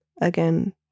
again